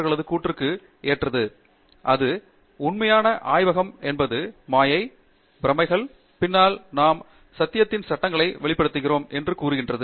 மேலும் அது உண்மையான ஆய்வகம் என்பது மாயை பிரமைகள் பின்னால் நாம் சத்தியத்தின் சட்டங்களை வெளிப்படுத்துகிறோம் என்று கூறுகிறது